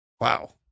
Wow